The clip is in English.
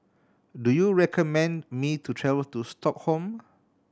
do you recommend me to travel to Stockholm